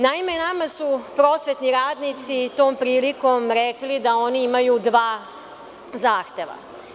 Naime, nama su prosvetni radnici tom prilikom rekli da oni imaju dva zahteva.